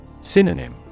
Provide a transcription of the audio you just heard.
Synonym